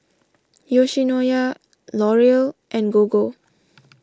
Yoshinoya L'Oreal and Gogo